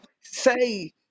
Say